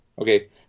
Okay